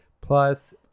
plus